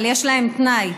אבל יש להן תנאי: